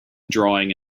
drawing